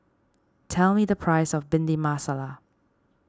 tell me the price of Bhindi Masala